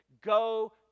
go